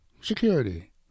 security